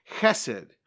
Chesed